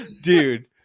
dude